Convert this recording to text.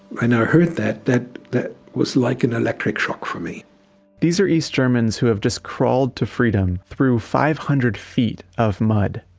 and heard that, that that was like an electric shock for me these are east germans who have just crawled to freedom through five hundred feet of mud.